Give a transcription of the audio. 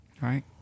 right